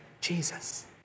Jesus